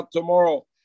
tomorrow